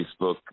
Facebook